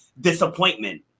disappointment